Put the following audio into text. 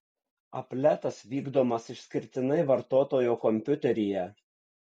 apletas vykdomas išskirtinai vartotojo kompiuteryje